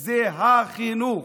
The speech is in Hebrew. היא החינוך.